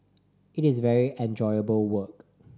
it is very enjoyable work